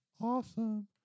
awesome